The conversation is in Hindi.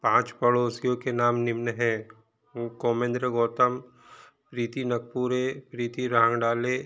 पाँच पड़ोसियों के नाम निम्न है गोमेंद्र गौतम प्रीती नकूरे प्रीती रांडाले